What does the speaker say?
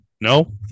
No